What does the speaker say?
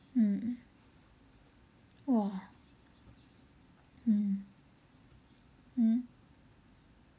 mm !wah! mm hmm